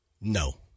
No